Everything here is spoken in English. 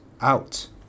Out